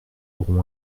auront